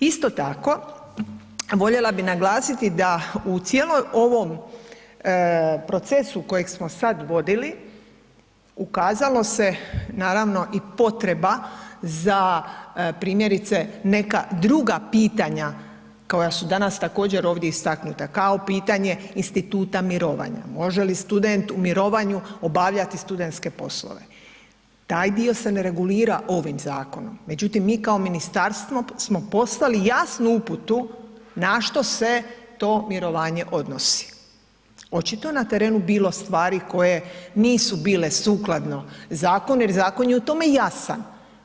Isto tako voljela bi naglasiti da u cijeloj ovom procesu kojeg smo sad vodili ukazalo se naravno i potreba za primjerice neka druga pitanja koja su danas također ovdje istaknuta, kao pitanje instituta mirovanja, može li student u mirovanju obavljati studentske poslove, taj dio se ne regulira ovim zakonom, međutim mi kao ministarstvo smo poslali jasnu uputu na što se to mirovanje odnosi očito na terenu bilo stvari koje nisu bile sukladno zakonu jer zakon je u tome jasan.